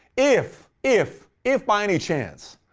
if, if, if by any chance,